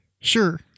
Sure